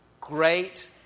great